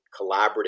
collaborative